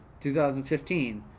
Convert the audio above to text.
2015